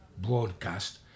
broadcast